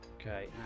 Okay